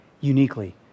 uniquely